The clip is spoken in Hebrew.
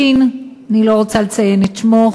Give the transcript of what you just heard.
ש' אני לא רוצה לציין את שמו,